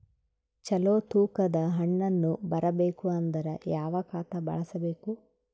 ಚಲೋ ತೂಕ ದ ಹಣ್ಣನ್ನು ಬರಬೇಕು ಅಂದರ ಯಾವ ಖಾತಾ ಬಳಸಬೇಕು?